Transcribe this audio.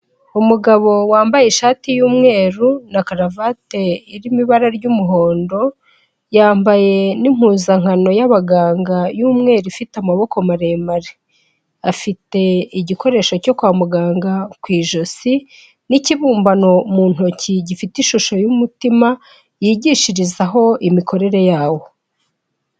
Umugabo wambaye ishati y'umweru na karavate iri mu ibara ry'umuhondo, yambaye n'impuzankano y'abaganga y'umweru ifite amaboko maremare, afite igikoresho cyo kwa muganga ku ijosi n'ikibumbano mu ntoki gifite ishusho y'umutima yigishirizaho imikorere yawo.